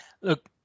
Look